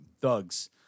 thugs